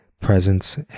presence